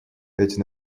эти